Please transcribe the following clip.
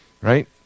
right